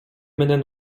менен